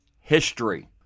history